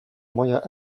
moja